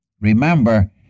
Remember